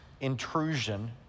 intrusion